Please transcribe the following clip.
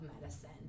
medicine